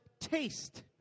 Taste